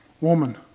woman